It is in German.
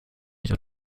nicht